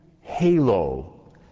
halo